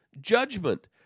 judgment